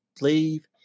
leave